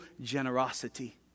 generosity